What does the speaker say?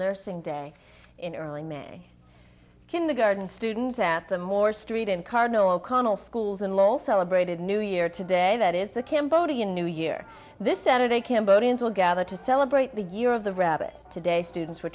nursing day in early may kindergarten students at the moore street in car no o'connell schools and lol celebrated new year today that is the cambodian new year this saturday cambodians will gather to celebrate the year of the rabbit today students were